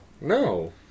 no